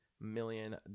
million